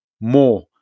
more